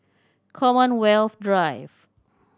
Commonwealth Drive